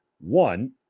One